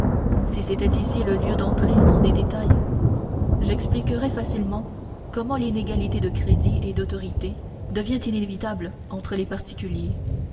si c'était ici le lieu d'entrer en des détails j'expliquerais facilement comment l'inégalité de crédit et d'autorité devient inévitable entre les particuliers